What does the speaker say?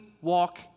walk